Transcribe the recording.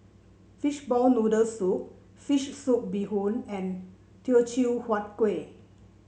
Fishball Noodle Soup fish soup Bee Hoon and Teochew Huat Kuih